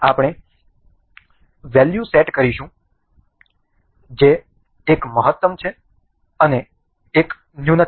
આપણે value set કરીશું જે એક મહત્તમ છે અને એક ન્યૂનતમ છે